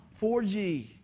4G